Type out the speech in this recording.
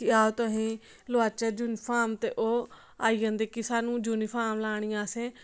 कि आओ तुसें गी लुआचै युनिफार्म ते ओह् आई जंदे जेह्की सानूं युनिफार्म लानी असें